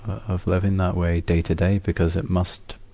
of living that way day to day, because it must,